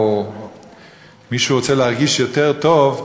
או שמישהו רוצה להרגיש יותר טוב,